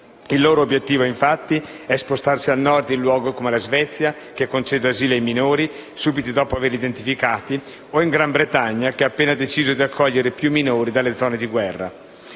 Il loro obiettivo, infatti, è spostarsi al Nord, in luoghi come la Svezia, che concede asilo ai minori subito dopo averli identificati, o in Gran Bretagna, che ha appena deciso di accogliere più minori dalle zone di guerra.